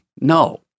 no